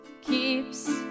keeps